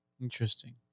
Interesting